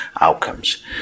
outcomes